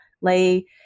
lay